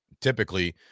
typically